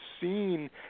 seen